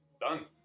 Done